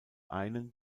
einen